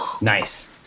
Nice